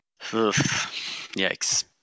Yikes